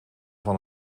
van